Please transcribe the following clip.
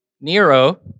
Nero